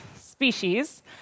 species